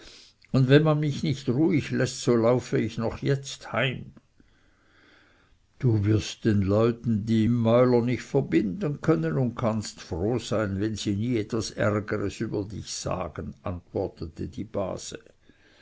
und wenn man mich nicht ruhig läßt so laufe ich noch jetzt heim du wirst den leuten die mäuler nicht verbinden können und kannst froh sein wenn sie nicht etwas ärgeres über dich sagen antwortete die base